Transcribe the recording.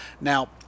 now